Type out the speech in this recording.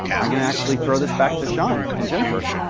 um i'm going to actually throw this back to sean and jennifer.